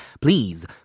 Please